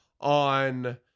on